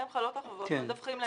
עליהם חלות החובות והם מדווחים לנו